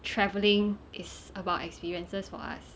travelling is about experiences for us